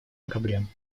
проблем